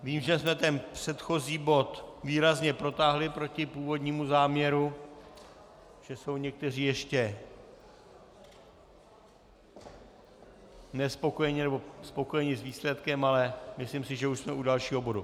Vím, že jsme ten předchozí bod výrazně protáhli proti původnímu záměru, že jsou někteří ještě nespokojeni nebo spokojeni s výsledkem, ale myslím si, že už jsme u dalšího bodu.